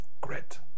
Grit